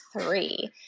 three